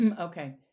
okay